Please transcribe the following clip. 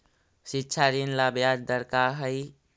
शिक्षा ऋण ला ब्याज दर का हई?